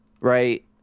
right